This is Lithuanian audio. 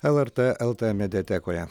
lrt lt mediatekoje